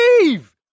leave